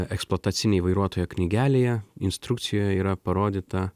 eksploatacinėj vairuotojo knygelėje instrukcijoj yra parodyta